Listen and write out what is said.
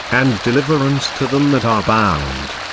and deliverance to them that are bound.